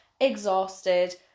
exhausted